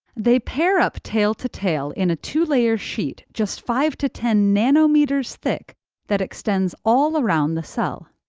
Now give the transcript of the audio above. they pair up tail-to-tail in a two layer sheet just five to ten nanometers thick that extends all around the cell.